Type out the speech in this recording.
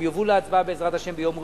הם יובאו להצבעה בעזרת השם ביום,